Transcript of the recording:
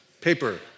paper